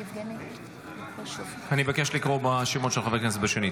אני מבקש לקרוא בשמות של חברי הכנסת שנית.